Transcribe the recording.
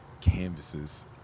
canvases